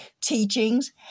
teachings